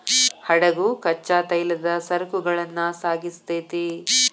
ಹಡಗು ಕಚ್ಚಾ ತೈಲದ ಸರಕುಗಳನ್ನ ಸಾಗಿಸ್ತೆತಿ